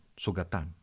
sugatan